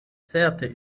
certe